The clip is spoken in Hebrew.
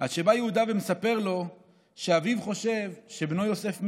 עד שבא יהודה ומספר לו שאביו חושב שבנו יוסף מת.